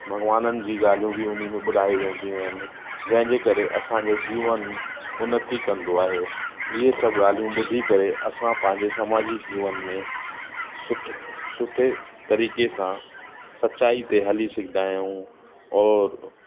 भॻवाननि जी ॻाल्हियूं बि उन में ॿुधाई वेंदियूं आहिनि जंहिंजे करे असांजो जीवन उन्नति कंदो आहे ईअं सभु ॻाल्हियूं ॿुधी करे असां पंहिंजे समाजिक जीवन में सुठे सुठे तरीक़े सां सचाई ते हली सघंदा आहियूं और